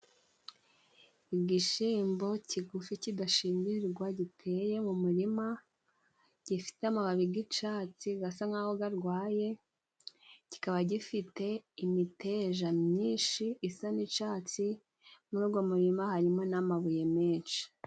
Igishimbo kigufi kidashingirigwa giteye mu murima, gifite amababi g'icatsi gasa nk' aho gagwaye, kiikaba gifite imiteja myinshi isa n'icatsi. Muri ugwo murima harimo n'amabuye menshi.